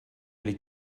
ele